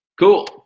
Cool